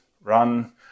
run